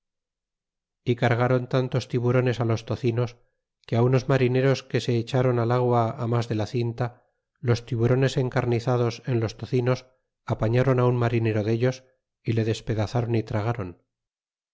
y cargron tantos tiburones los tocinos que unos marineros que se echron al agua mas de la cinta los tiburones encarnizados en los tocinos apaiiron un marinero dellos y le despedazron y tragron